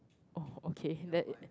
oh okay that